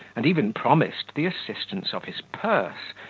and even promised the assistance of his purse,